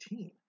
2018